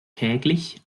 täglich